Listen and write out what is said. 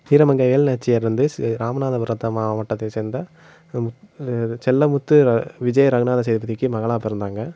வீரமங்கை வேலுநாச்சியார் வந்து செ ராமநாதபுரத்து மாவட்டத்தை சேர்ந்த இது செல்லமுத்து வ விஜயரகுநாத சேதுபதிக்கு மகளாக பிறந்தாங்க